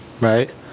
right